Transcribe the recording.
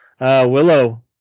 Willow